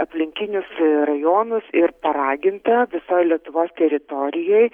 aplinkinius rajonus ir paraginta visoj lietuvos teritorijoj